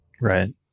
Right